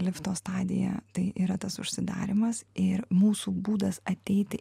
lifto stadija tai yra tas užsidarymas ir mūsų būdas ateiti